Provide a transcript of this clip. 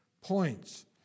points